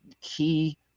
key